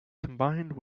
combined